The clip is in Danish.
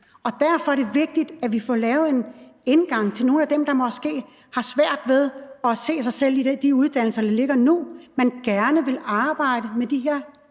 Derfor er det vigtigt, at vi får lavet en indgang for nogle af dem, der måske har svært ved at se sig selv i de uddannelser, der ligger nu, men gerne vil arbejde med de her